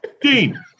Dean